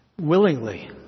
willingly